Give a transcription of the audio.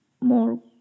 more